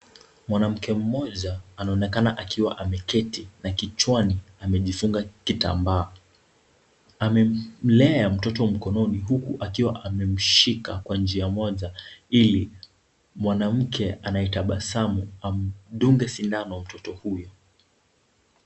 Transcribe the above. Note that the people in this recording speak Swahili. Mwanamke mmoja anaonekana akiwa ameketi na kichwani amejifunga kitambaa. Amemlea mtoto mkononi huku akiwa amemshika kwa njia moja ili mwanamke anayetabasamu amdunge sindano mtoto huyo.